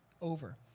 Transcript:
over